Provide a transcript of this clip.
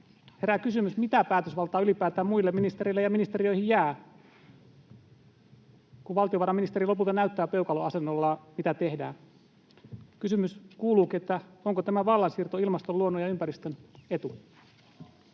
herää kysymys, mitä päätösvaltaa ylipäätään muille ministereille ja ministeriöihin jää, kun valtiovarainministeri lopulta näyttää peukalon asennollaan, mitä tehdään. Kysymys kuuluukin, onko tämä vallansiirto ilmaston, luonnon ja ympäristön etu.